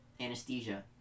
Anesthesia